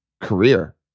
career